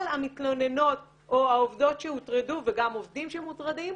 המתלוננות והעובדות שהוטרדו וגם עובדים שמוטרדים.